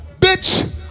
bitch